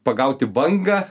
pagauti bangą